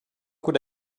could